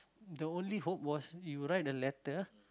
the only hope was you write the letter